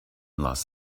los